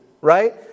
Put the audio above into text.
right